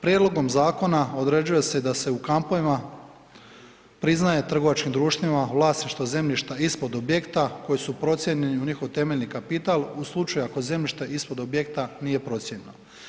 Prijedlogom zakona određuje se da se u kampovima priznaje trgovačkim društvima vlasništvo zemljišta ispod objekta koji su procijenjeni u njihov temeljeni kapital u slučaju ako zemljište ispod objekta nije procijenjeno.